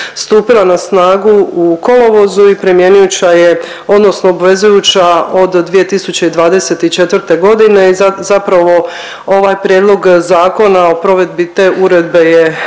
stupila na snagu u kolovozu i primjenjujuća je, odnosno obvezujuća od 2024. g. i zapravo ovaj Prijedlog zakona o provedbi te Uredbe je